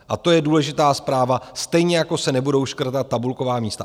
A to je důležitá zpráva, stejně jako se nebudou škrtat tabulková místa.